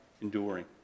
enduring